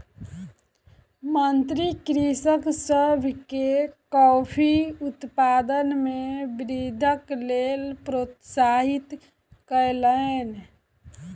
मंत्री कृषक सभ के कॉफ़ी उत्पादन मे वृद्धिक लेल प्रोत्साहित कयलैन